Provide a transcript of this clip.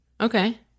Okay